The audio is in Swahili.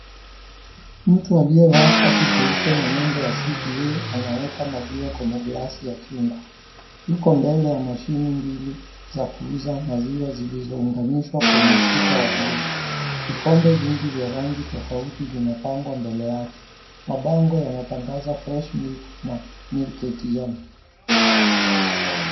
Mtu aliyevaa shati jeupe na nembo ya CBA anaweka maziwa kwenye glasi ya chungwa, yuko mbele ya mashine mbili za kuuza maziwa zilizounganishwa kwenye ukuta wa bluu. Vikombe vingi vya rangi tofauti vinapangwa mbele yake. Mabango yanatangaza fresh milk na milk ATM .